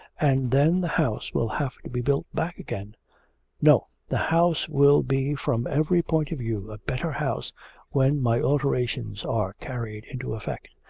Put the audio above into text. and then the house will have to be built back again no the house will be from every point of view a better house when my alterations are carried into effect.